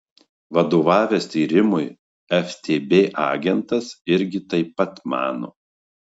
vadovavęs tyrimui ftb agentas irgi taip pat mano